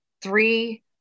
Three